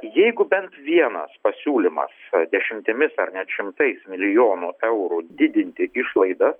jeigu bent vienas pasiūlymas dešimtimis ar net šimtais milijonų eurų didinti išlaidas